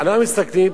אנחנו מסתכלים,